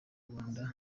rwanda